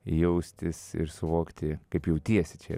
jaustis ir suvokti kaip jautiesi čia